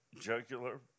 jugular